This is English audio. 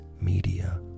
media